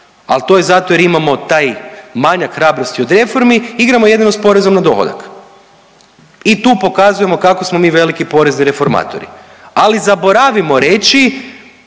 al to je zato jer imamo manjak hrabrosti od reformi igramo jedino s porezom na dohodak. I tu pokazujemo kako smo mi veliki porezni reformatori, ali zaboravimo reći